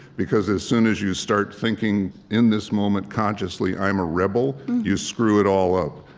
because as soon as you start thinking in this moment consciously, i'm a rebel, you screw it all up.